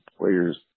players